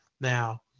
Now